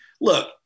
Look